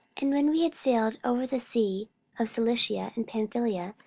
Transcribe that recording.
and when we had sailed over the sea of cilicia and pamphylia,